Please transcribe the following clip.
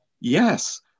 yes